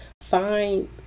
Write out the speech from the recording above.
Find